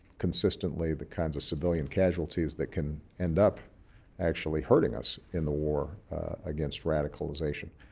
consistently the kinds of civilian casualties that can end up actually hurting us in the war against radicalization.